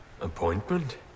Appointment